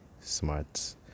smart